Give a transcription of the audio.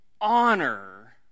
honor